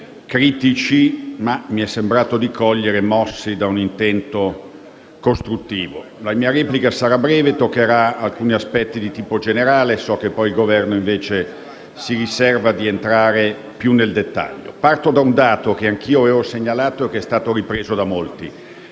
critici ma - mi è sembrato di cogliere - mossi da un intento costruttivo. La mia replica sarà breve e toccherà alcuni aspetti di tipo generale; so che il Governo si riserverà poi di entrare più nel dettaglio. Parto da un dato che anch’io avevo segnalato ed è stato ripreso da molti: